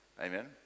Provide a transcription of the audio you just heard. Amen